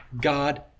God